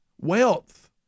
wealth